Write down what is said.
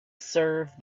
serve